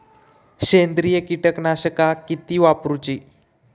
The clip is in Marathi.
सेंद्रिय कीटकनाशका किती वापरूची?